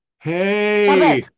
hey